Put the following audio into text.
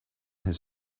his